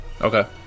Okay